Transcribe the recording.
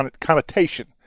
connotation